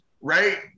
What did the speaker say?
Right